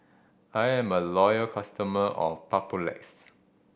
I am a loyal customer of Papulex